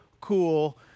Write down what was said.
cool